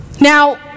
Now